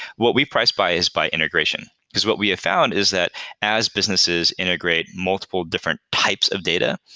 what we price by is by integration, because what we have found is that as businesses integrate multiple different types of data,